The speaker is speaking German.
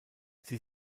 sie